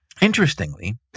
Interestingly